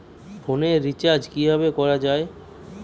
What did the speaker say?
ফোনের রিচার্জ কিভাবে করা যায়?